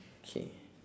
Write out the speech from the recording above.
okay